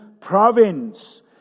province